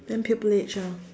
then pupil age ah